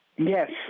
Yes